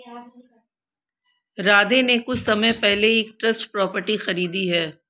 राधे ने कुछ समय पहले ही एक ट्रस्ट प्रॉपर्टी खरीदी है